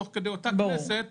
תוך כדי אותה כנסת,